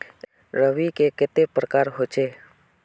रवि के कते प्रकार होचे?